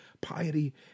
piety